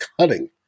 Cutting